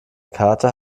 kater